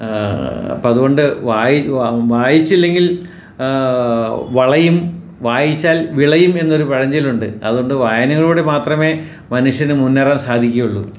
അപ്പോൾ അതുകൊണ്ട് വായിച്ചില്ലെങ്കില് വളയും വായിച്ചാല് വിളയും എന്ന ഒരു പഴഞ്ചൊല്ലുണ്ട് അത്കൊണ്ട് വായനയിലൂടെ മാത്രമേ മനുഷ്യന് മുന്നേറാന് സാധിക്കുകയുള്ളൂ